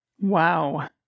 Wow